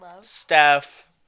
steph